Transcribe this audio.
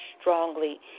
strongly